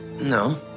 No